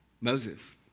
Moses